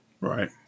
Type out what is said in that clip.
Right